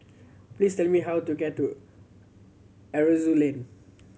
please tell me how to get to Aroozoo Lane